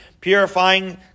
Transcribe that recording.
purifying